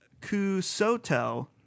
Kusoto